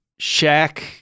Shaq